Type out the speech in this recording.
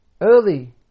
early